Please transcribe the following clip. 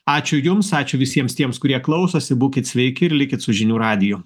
ačiū jums ačiū visiems tiems kurie klausosi būkit sveiki ir likit su žinių radiju